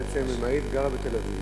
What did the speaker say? בעצם אם היית גרה בתל-אביב,